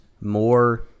more